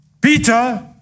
Peter